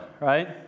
right